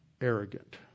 arrogant